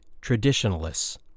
traditionalists